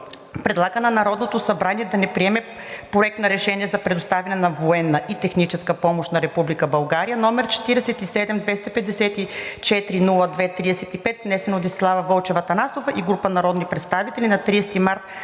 предлага на Народното събрание да не приема Проект на решение за предоставяне на военна и техническа помощ на Република Украйна, № 47-254-02-35, внесен от Десислава Вълчева Атанасова и група народни представители на 30 март